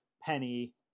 Penny